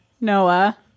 Noah